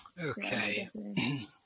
Okay